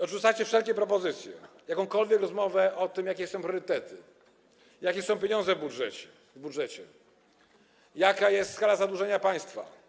Odrzucacie wszelkie propozycje, jakąkolwiek rozmowę o tym, jakie są priorytety, jakie są pieniądze w budżecie, jaka jest skala zadłużenia państwa.